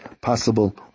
possible